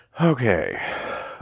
okay